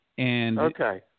Okay